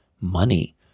money